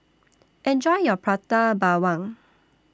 Enjoy your Prata Bawang